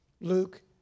Luke